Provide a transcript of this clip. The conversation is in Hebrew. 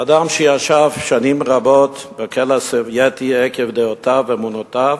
אדם שישב שנים רבות בכלא הסובייטי עקב דעותיו ואמונותיו,